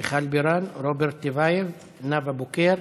מיכל בירן, רוברט טיבייב, נאוה בוקר.